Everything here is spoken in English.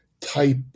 type